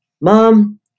mom